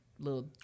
little